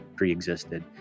preexisted